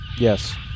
Yes